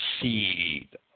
seed